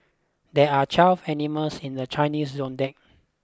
there are twelve animals in the Chinese zodiac